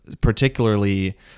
particularly